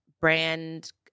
brand